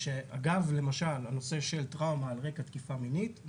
שבנושא של טראומה על רקע תקיפה מינית,